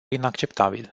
inacceptabil